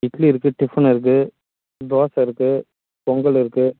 இட்லி இருக்குது டிஃபன் இருக்குது தோசை இருக்குது பொங்கல் இருக்குது